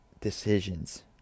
decisions